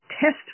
test